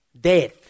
death